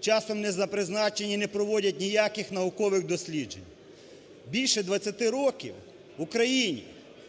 Часом не за призначенням і не проводять ніяких наукових досліджень. Більше 20 років в Україні